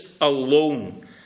alone